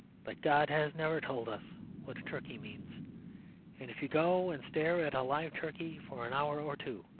but god has never told us what a turkey means. and if you go and stare at a live turkey for an hour or two,